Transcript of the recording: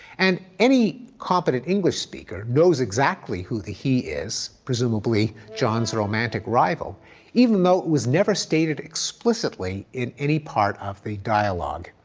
and any competent english speaker knows exactly who the he is, presumably john's romantic rival even though it was never stated explicitly in any part of the dialogue.